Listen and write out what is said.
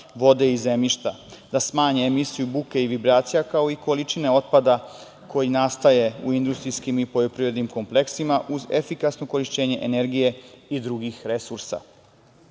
vode i zemljišta da smanje emisiju buke i vibracija, kao i količinu otpada koji nastaje u industrijskim i poljoprivrednim kompleksima uz efikasno korišćenje energije i drugih